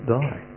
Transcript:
die